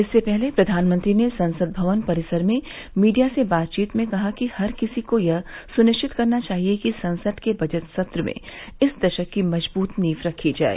इससे पहले प्रधानमंत्री ने संसद भवन परिसर में मीडिया से बातचीत में कहा कि हर किसी को यह सुनिश्चित करना चाहिए कि संसद के बजट सत्र में इस दशक की मजबूत नींव रखी जाए